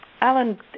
Alan